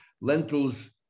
Lentils